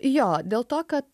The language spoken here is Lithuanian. jo dėl to kad